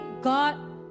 God